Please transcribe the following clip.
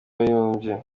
w’abibumbye